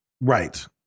Right